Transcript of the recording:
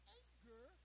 anger